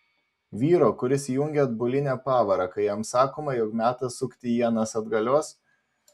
vyro kuris įjungia atbulinę pavarą kai jam sakoma jog metas sukti ienas atgalios